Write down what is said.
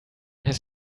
his